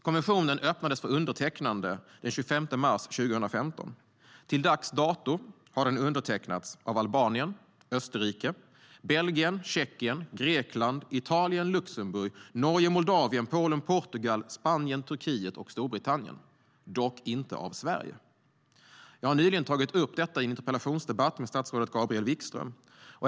Konventionen öppnades för undertecknande den 25 mars 2015. Till dags dato har den undertecknats av Albanien, Österrike, Belgien, Tjeckien, Grekland, Italien, Luxemburg, Norge, Moldavien, Polen, Portugal, Spanien, Turkiet och Storbritannien, dock inte av Sverige. Jag tog nyligen upp detta i en interpellationsdebatt med statsrådet Gabriel Wikström.